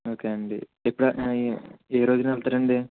okay అండి ఎప్పుడు ఏ ఏ రోజున వెళ్తారండి